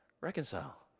Reconcile